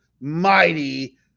mighty